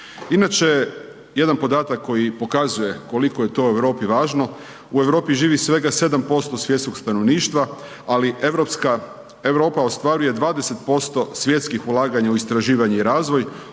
Inače, jedan podatak koji pokazuje koliko je to Europi važno, u Europi živi svega 7% svjetskog stanovništva ali Europa ostvaruje 20% svjetskih ulaganja u istraživanje i razvoj,